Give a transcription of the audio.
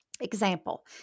Example